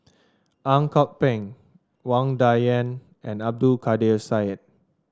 Ang Kok Peng Wang Dayuan and Abdul Kadir Syed